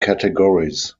categories